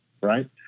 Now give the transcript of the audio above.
right